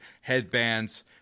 headbands